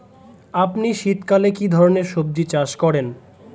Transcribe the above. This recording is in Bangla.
আপনি শীতকালে কী ধরনের সবজী চাষ করেন?